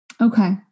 Okay